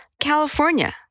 California